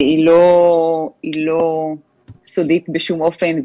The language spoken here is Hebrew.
היא לא סודית בשום אופן,